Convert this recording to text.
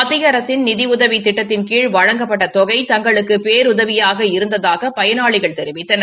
மத்திய அரசின் நிதி உதவி திட்டத்தின் கீழ் வழங்கப்பட்ட தொகை தங்களுக்கு பேருதவியாக இருந்தது என பயனாளிகள் தெரிவித்தனர்